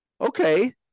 Okay